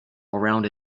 around